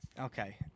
Okay